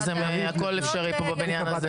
אז הכול אפשרי פה בבניין הזה.